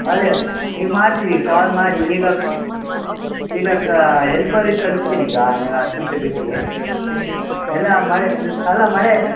ಅದೆ ಈಗ ಮಾಡ್ತೀವಿ ಕಾಲ್ ಮಾಡಿ ಈಗ ಈಗ ಕ ಹೆಲ್ಪರಿಗೆ ಕಳ್ಸ್ತಿನಿ ಈಗ ಹತ್ತು ನಿಮಿಷ ಬಿಟ್ಟು ಎಲ್ಲ ಮಳೆ ಅಲ್ಲ ಮಳೆ